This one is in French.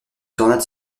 tornade